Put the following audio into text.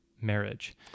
marriage